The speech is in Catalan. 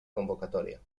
convocatòria